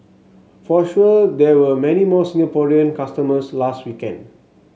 for sure there were many more Singaporean customers last weekend